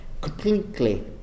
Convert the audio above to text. completely